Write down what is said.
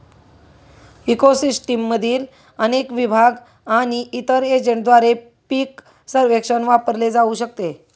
eco सिस्टीममधील अनेक विभाग आणि इतर एजंटद्वारे पीक सर्वेक्षण वापरले जाऊ शकते